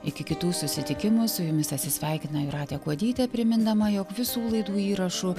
iki kitų susitikimų su jumis atsisveikina jūratė kuodytė primindama jog visų laidų įrašų